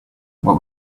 what